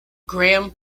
gram